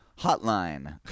hotline